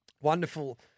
wonderful